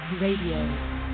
Radio